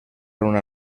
una